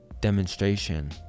demonstration